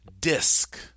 disc